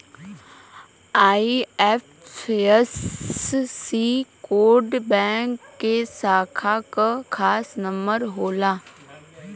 IFSC code bank के शाखा क खास नंबर होला